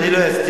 אני לא אסתיר,